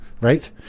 right